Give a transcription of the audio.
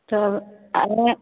तब